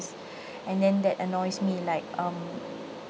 and then that annoys me like um